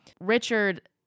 Richard